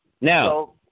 Now